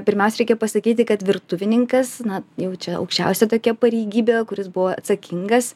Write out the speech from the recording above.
pirmiausia reikia pasakyti kad virtuvininkas na jau čia aukščiausia tokia pareigybė kuris buvo atsakingas